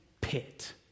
pit